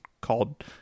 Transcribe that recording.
called